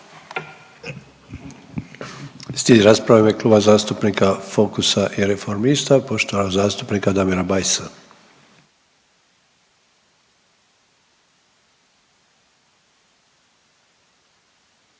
Slijedi rasprava u ime Kluba zastupnika Fokusa i Reformista, poštovanog zastupnika Damira Bajsa.